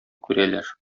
күрәләр